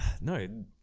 no